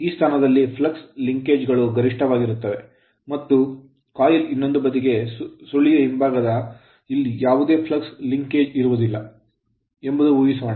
ಈ ಸ್ಥಾನದಲ್ಲಿ flux linkage flux linkage ಗಳು ಗರಿಷ್ಠವಾಗಿರುತ್ತವೆ ಮತ್ತು ಸುರುಳಿಯ ಇನ್ನೊಂದು ಬದಿ ಸುರುಳಿಯ ಹಿಂಭಾಗ ಇಲ್ಲಿ ಯಾವುದೇ flux linkage ಫ್ಲಕ್ಸ್ ಲಿಂಕೇಜ್ ಇರುವುದಿಲ್ಲ ಎಂದು ಊಹಿಸೂಣ